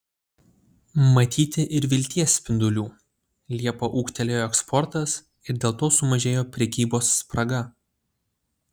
matyti ir vilties spindulių liepą ūgtelėjo eksportas ir dėl to sumažėjo prekybos spraga